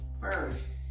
first